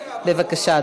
בבקשה,